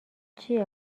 چیه